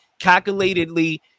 calculatedly